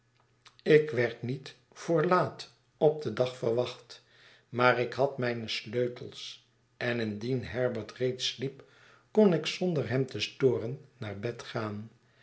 ik werd niet voor laat op den dag verwacht maar ik had mijne sleutels en indien herbert reeds sliep kon ik zonder hem te storen naar bed gaan